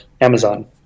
Amazon